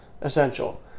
essential